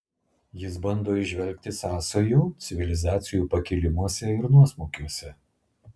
jis bando įžvelgti sąsajų civilizacijų pakilimuose ir nuosmukiuose